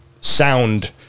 sound